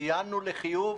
בשיחות ציינו לחיוב